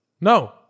No